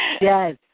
Yes